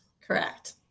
correct